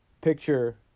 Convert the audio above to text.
picture